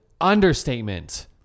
understatement